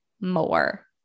more